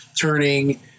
turning